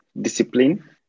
discipline